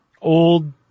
Old